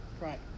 Right